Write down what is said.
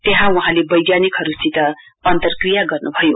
त्यहाँ वहाँले वैज्ञानिकहरुसित अन्तक्रिया गर्नुभयो